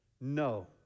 no